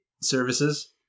services